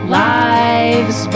lives